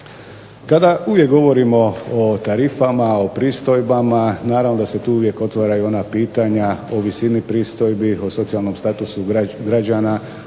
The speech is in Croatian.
Kada uvijek govorimo o tarifama, o pristojbama naravno da se tu uvijek otvaraju ona pitanja o visini pristojbi, o socijalnom statusu građana,